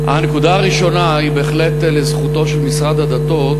הנקודה הראשונה היא בהחלט לזכותו של משרד הדתות,